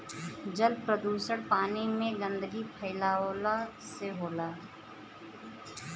जल प्रदुषण पानी में गन्दगी फैलावला से होला